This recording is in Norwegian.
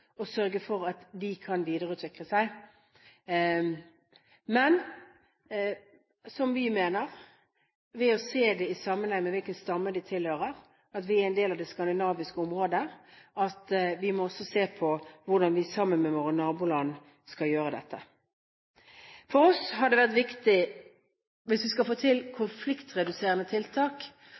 sørge for at de kan videreutvikle seg. Men vi må se det i en sammenheng, ved å se hvilken stamme rovdyret tilhører, for vi er en del av det skandinaviske området, og derfor må vi også se på hvordan vi sammen med våre naboland skal gjøre dette. For oss har det vært viktig hvis vi skal få til konfliktreduserende tiltak,